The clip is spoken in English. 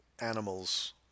animals